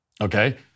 Okay